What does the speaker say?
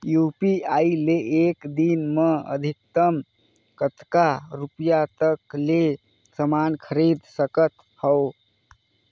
UPI ले एक दिन म अधिकतम कतका रुपिया तक ले समान खरीद सकत हवं?